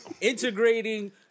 integrating